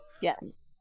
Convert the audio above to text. Yes